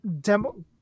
demo